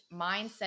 mindset